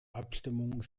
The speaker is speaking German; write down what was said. abstimmung